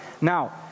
now